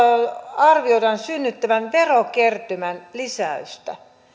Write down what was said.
arvioidaan synnyttävän verokertymän lisäystä